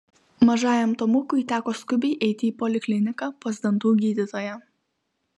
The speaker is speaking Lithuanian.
mažajam tomukui teko skubiai eiti į polikliniką pas dantų gydytoją